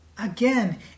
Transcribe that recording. Again